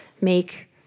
make